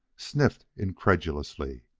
sniffed incredulously.